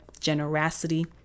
generosity